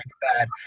bad